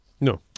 No